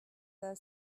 the